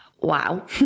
wow